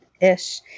ish